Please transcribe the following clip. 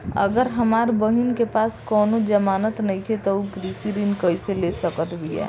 अगर हमार बहिन के पास कउनों जमानत नइखें त उ कृषि ऋण कइसे ले सकत बिया?